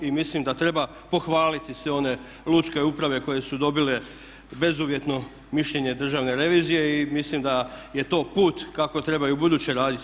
I mislim da treba pohvaliti sve one lučke uprave koje su dobile bezuvjetno mišljenje državne revizije i mislim da je to put kako treba i ubuduće raditi.